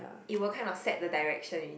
it will kind of set the direction you mean